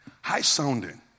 High-sounding